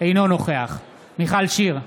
אינו נוכח מיכל שיר סגמן,